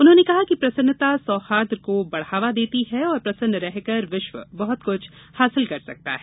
उन्होंने कहा कि प्रसन्नता सौहाई को बढ़ावा देती है और प्रसन्न रहकर विश्व बहत कृछ हासिल कर सकता है